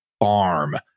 farm